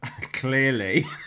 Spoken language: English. Clearly